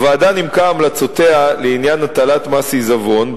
הוועדה נימקה המלצותיה לעניין הטלת מס עיזבון,